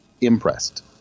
impressed